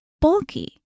bulky